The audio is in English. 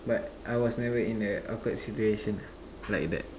but I was never in a awkward situation ah like that